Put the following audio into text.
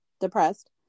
depressed